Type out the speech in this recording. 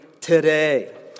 today